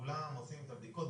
כולם עושים את הבדיקות,